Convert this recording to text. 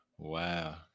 Wow